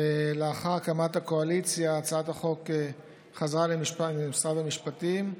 ולאחר הקמת הקואליציה הצעת החוק חזרה למשרד המשפטים,